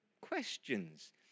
questions